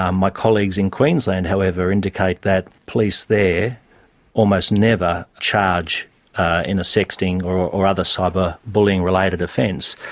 um my colleagues in queensland, however, indicate that police there almost never charge in a sexting or or other cyber bullying related offence,